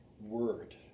word